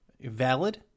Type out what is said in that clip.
valid